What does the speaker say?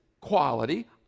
quality